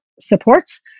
supports